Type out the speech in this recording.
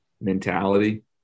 mentality